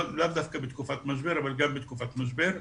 לאו דווקא בתקופת משבר אבל גם בתקופת משבר,